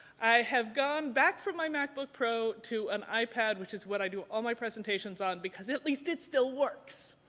i have gone back from my macbook pro to an ipad, which is what i do all my presentations on because at least it still works!